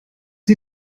sie